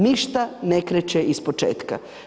Ništa ne kreće ispočetka.